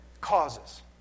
causes